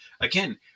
Again